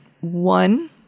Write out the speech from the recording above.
one